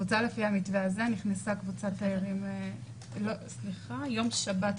כקבוצה לפי המתווה הזה נכנסה קבוצת תיירים ביום שבת,